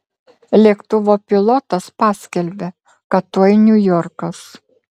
lėktuvo pilotas paskelbia kad tuoj niujorkas